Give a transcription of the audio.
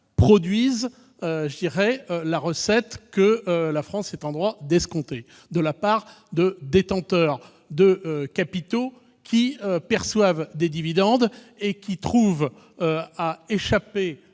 produisent les recettes que la France est en droit d'attendre. Grâce à ce dispositif, les détenteurs de capitaux qui perçoivent des dividendes et qui trouvent à échapper